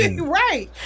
Right